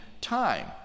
time